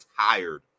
tired